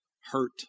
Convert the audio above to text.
hurt